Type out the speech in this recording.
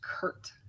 Kurt